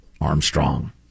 armstrong